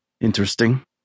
interesting